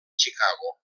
chicago